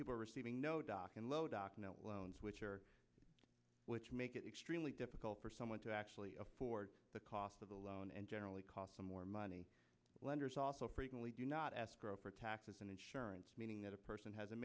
people are receiving no doc and low doc no loans which are which make it extremely difficult for someone to actually afford the cost of the loan and generally costs them more money lenders also frequently do not ask for taxes and insurance meaning that a person has a